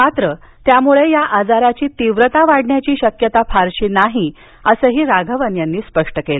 मात्र त्यामुळे या आजाराची तीव्रता वाढण्याची शक्यता फारशी नाही असंही राघवन यांनी स्पष्ट केलं